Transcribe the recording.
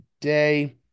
today